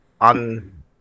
On